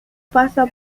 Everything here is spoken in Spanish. pasa